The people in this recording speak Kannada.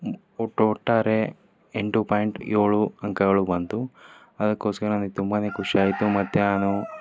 ಒಟ್ಟು ಒಟ್ಟಾರೆ ಎಂಟು ಪಾಯಿಂಟ್ ಏಳು ಅಂಕಗಳು ಬಂತು ಅದಕ್ಕೋಸ್ಕರ ನನಗೆ ತುಂಬಾ ಖುಷಿ ಆಯಿತು ಮತ್ತು ನಾನು